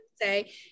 say